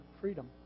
freedom